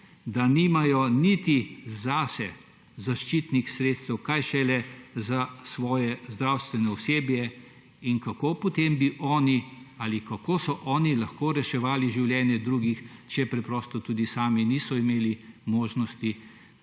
da nimajo niti zase zaščitnih sredstev, kaj šele za svoje zdravstveno osebje. In kako bi potem oni oziroma kako so lahko oni reševali življenje drugih, če tudi sami niso imeli možnosti